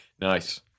Nice